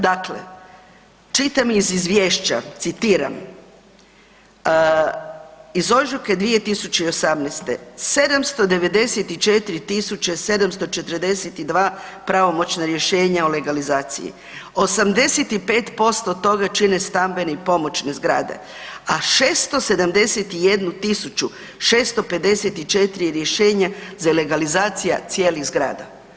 Dakle, čitam iz izvješća, citiram, iz ožujka 2018. 794.742 pravomoćna rješenja o legalizaciji, 85% toga čine stambene i pomoćne zgrade, a 671.654 rješenja za legalizacija cijelih zgrada.